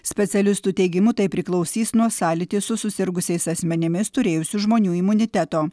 specialistų teigimu tai priklausys nuo sąlytį su susirgusiais asmenimis turėjusių žmonių imuniteto